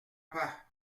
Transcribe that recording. pas